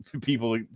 people